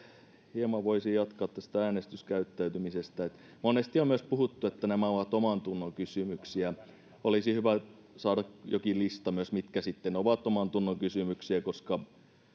hieman jatkaa tästä äänestyskäyttäytymisestä monesti on myös puhuttu että nämä ovat omantunnonkysymyksiä olisi hyvä saada myös jokin lista siitä mitkä sitten ovat omantunnonkysymyksiä koska